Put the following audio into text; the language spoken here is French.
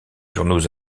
journaux